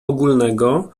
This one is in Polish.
ogólnego